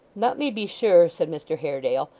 let me be sure said mr haredale,